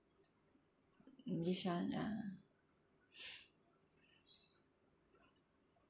english [one] ah